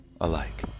alike